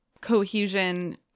cohesion